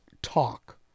talk